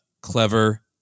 clever